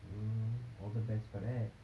mm all the best for that